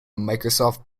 microsoft